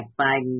Biden